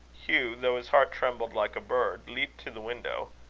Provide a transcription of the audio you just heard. hugh, though his heart trembled like a bird, leaped to the window.